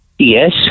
Yes